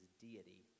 deity